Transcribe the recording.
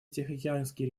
тихоокеанский